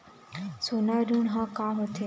सोना ऋण हा का होते?